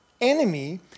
enemy